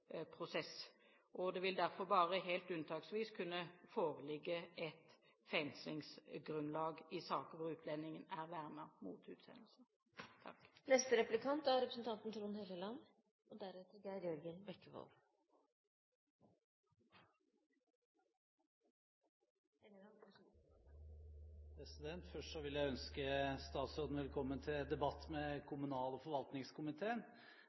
og det vil derfor bare helt unntaksvis kunne foreligge et fengslingsgrunnlag i saker hvor utlendingen er vernet mot utsendelse. Først vil jeg ønske statsråden velkommen til debatt med kommunal- og forvaltningskomiteen. Jeg håper på et godt samarbeid i den tiden som gjenstår av denne perioden. Det statsråden